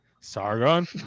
Sargon